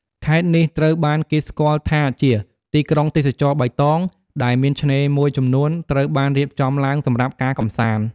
ខេត្តនេះត្រូវបានគេស្គាល់ថាជា "ទីក្រុងទេសចរណ៍បៃតង" ដែលមានឆ្នេរមួយចំនួនត្រូវបានរៀបចំឡើងសម្រាប់ការកម្សាន្ត។